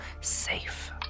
safe